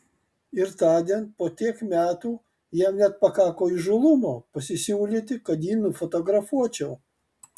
ir tądien po tiek metų jam net pakako įžūlumo pasisiūlyti kad jį nufotografuočiau